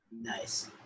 Nice